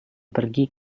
pergi